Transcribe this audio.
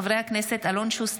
הצעתם של חברי הכנסת אלון שוסטר,